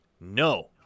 No